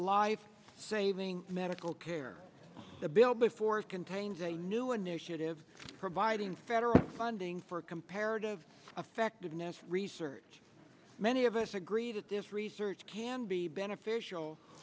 life saving medical care the bill before it contains a new initiative providing federal funding for comparative effectiveness research many of us agree that this research can be beneficial